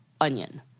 onion